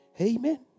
Amen